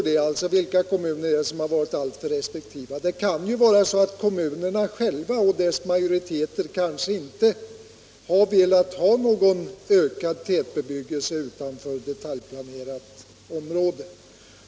Det kan ju vara så att majoriteten av de styrande i kommunerna inte har velat ha en ökad tätbebyggelse utanför detaljplanerat område.